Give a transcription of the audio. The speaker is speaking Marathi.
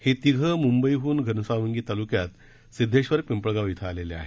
हे तिघं मुंबईहून घनसावंगी तालुक्यात सिध्देश्वर पिपळगाव इथं आलेले आहेत